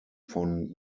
von